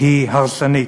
היא הרסנית.